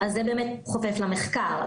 זה חופף למחקר,